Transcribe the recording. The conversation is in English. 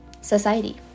society